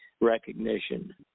recognition